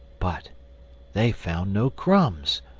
but they found no crumbs,